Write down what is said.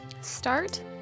start